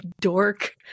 dork